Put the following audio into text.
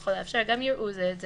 וככל האפשר גם יראו זה את זה,